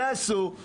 יעשו.